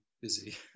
busy